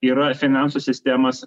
yra finansų sistemos